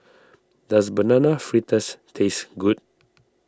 does Banana Fritters taste good